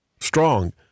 strong